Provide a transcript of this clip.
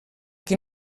qui